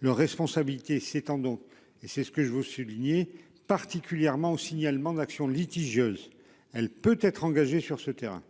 le responsabilité s'étend donc et c'est ce que je veux souligner particulièrement au signalement d'action litigieuse. Elle peut être engagée sur ce terrain.